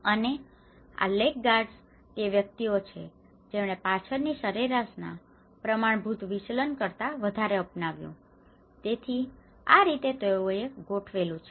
અને આ લેગગાર્ડસ તે વ્યક્તિઓ છે જેમણે પાછળથી સરેરાશના પ્રમાણભૂત વિચલન કરતા વધારે અપનાવ્યું તેથી આ રીતે તેઓએ ગોઠવેલું છે